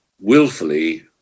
willfully